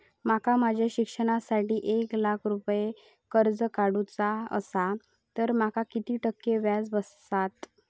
माका माझ्या शिक्षणासाठी एक लाख रुपये कर्ज काढू चा असा तर माका किती टक्के व्याज बसात?